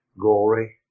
glory